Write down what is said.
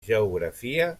geografia